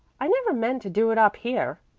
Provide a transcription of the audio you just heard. i never meant to do it up here.